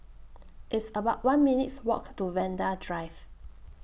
It's about one minutes' Walk to Vanda Drive